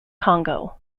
congo